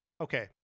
okay